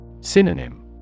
Synonym